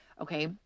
Okay